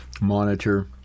monitor